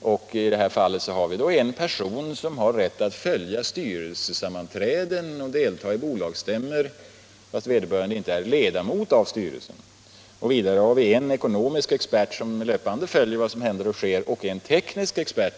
och i det här fallet har staten en person med rätt att delta i styrelsesammanträden och bolagsstämmor, trots att vederbörande inte är ledamot av styrelsen. Vidare har vi en ekonomisk expert, som löpande följer vad som händer och sker, samt en teknisk expert.